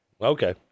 okay